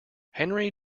henry